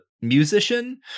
musician